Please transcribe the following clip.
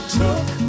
took